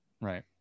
right